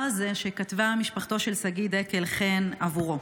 הזה שכתבה משפחתו של שגיא דקל חן עבורו: